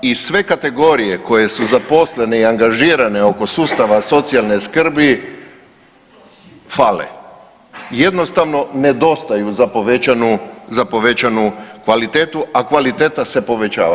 I sve kategorije koje su zaposlene i angažirane oko sustava socijalne skrbi fale, jednostavno nedostaju za povećanu kvalitetu a kvaliteta se povećava.